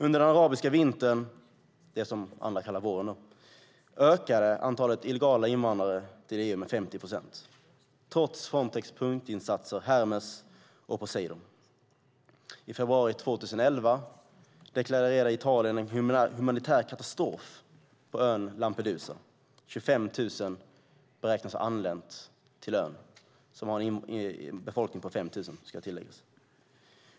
Under den arabiska vintern - som alla kallar våren - ökade antalet illegala invandrare till EU med 50 procent, trots Frontex punktinsatser, Hermes och Poseidon. I februari 2011 deklarerade Italien en humanitär katastrof på ön Lampedusa. 25 000 beräknades ha anlänt till ön, som har en befolkning på 5 000 invånare.